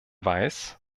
weiß